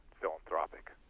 philanthropic